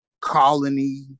colony